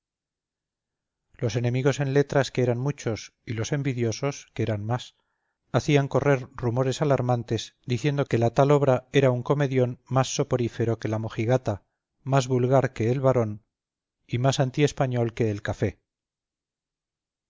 los enemigos en letras que eran muchos y los envidiosos que eran más hacían correr rumores alarmantes diciendo que la tal obra era un comedión más soporífero que la mojigata más vulgar que el barón y más anti español que el café